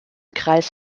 kreis